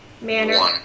Manner